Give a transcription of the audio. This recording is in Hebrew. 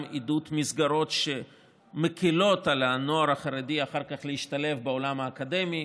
עידוד מסגרות שמקילות על הנוער החרדי אחר כך להשתלב בעולם האקדמי,